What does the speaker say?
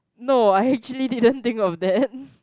no I actually didn't think of that